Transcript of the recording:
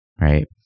right